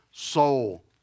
soul